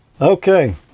Okay